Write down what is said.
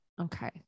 Okay